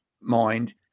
mind